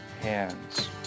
hands